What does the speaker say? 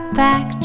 back